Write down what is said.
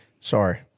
Sorry